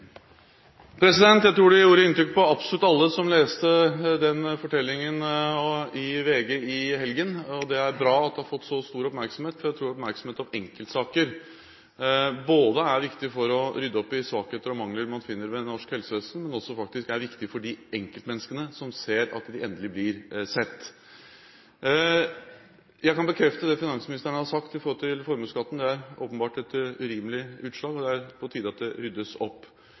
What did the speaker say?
Jeg tror det gjorde inntrykk på absolutt alle som leste den fortellingen i VG i helgen. Det er bra at det har fått så stor oppmerksomhet, for jeg tror oppmerksomhet om enkeltsaker er viktig både for å rydde opp i svakheter og mangler man finner ved norsk helsevesen, og faktisk også for de enkeltmenneskene som ser at de endelig blir sett. Jeg kan bekrefte det finansministeren har sagt når det gjelder formueskatten. Det er åpenbart et urimelig utslag, og det er på tide at det ryddes opp.